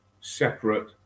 separate